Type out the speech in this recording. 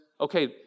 okay